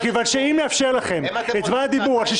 מכיוון שאם נאפשר לכם את זמן הדיבור על 60